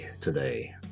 today